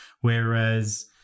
whereas